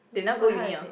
they never go uni ah